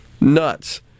Nuts